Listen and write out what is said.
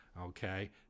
Okay